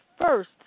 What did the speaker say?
first